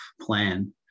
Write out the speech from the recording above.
plan